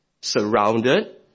surrounded